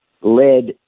led